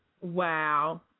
Wow